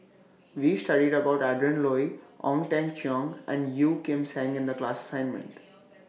We studied about Adrin Loi Ong Teng Cheong and Yeo Kim Seng in The class assignment